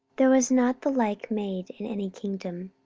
there was not the like made in any kingdom.